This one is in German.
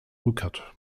rückert